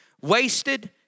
wasted